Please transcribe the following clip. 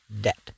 debt